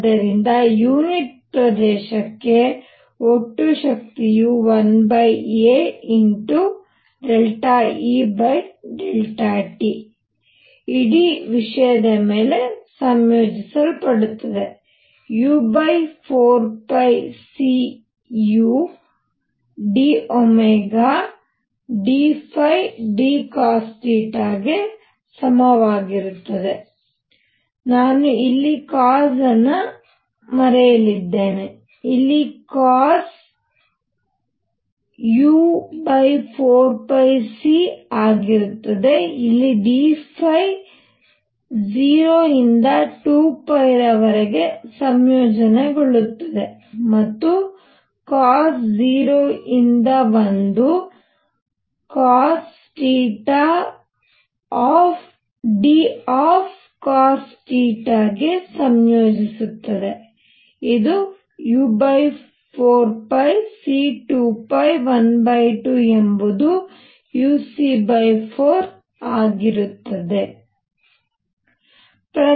ಆದ್ದರಿಂದ ಯುನಿಟ್ ಪ್ರದೇಶಕ್ಕೆ ಒಟ್ಟು ಶಕ್ತಿಯು 1aEt ಇಡೀ ವಿಷಯದ ಮೇಲೆ ಸಂಯೋಜಿಸಲ್ಪಡುತ್ತದೆ u4πc u d dϕdcosθ ಗೆ ಸಮ ಆಗಿರುತ್ತದೆ ನಾನು ಇಲ್ಲಿ cos ಅನ್ನು ಮರೆತಿದ್ದೇನೆ ಇಲ್ಲಿ cos u4π c ಆಗಿರುತ್ತದೆಇಲ್ಲಿ dϕ 0 ರಿಂದ 2 ರವರೆಗೆ ಸಂಯೋಜನೆಗೊಳ್ಳುತ್ತದೆ ಮತ್ತು cos 0 ರಿಂದ 1 cosθd cosθ ಗೆ ಸಂಯೋಜಿಸುತ್ತದೆ ಇದು u4πc2π12 ಎಂಬುದು uc4 ಆಗಿರುತ್ತದೆ